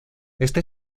este